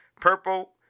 Purple